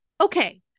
okay